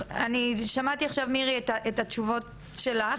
אני שמעתי עכשיו מירי את התשובות שלך